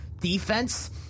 defense